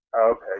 Okay